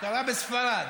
קרה בספרד.